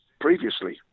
previously